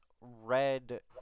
red